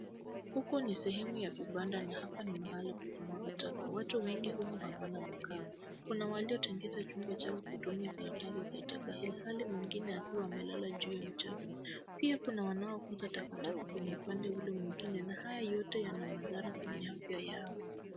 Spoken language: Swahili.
Huku ni sehemu ya vibanda na hapa ni mahali pa kumwanga taka. Watu wengi huku hawana makao, kuna waliotengeneza chumba chao kwa kutumia karatasi za taka ilhali mwingine akiwa amelala juu ya uteo. Pia kuna wanaokuza takataka kwenye upande huo mwingine, na haya yote yana madhara kwenye afya yao.